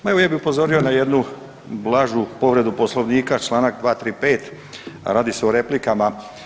Pa evo ja bi upozorio na jednu blažu povredu Poslovnika, čl. 235., radi se o replikama.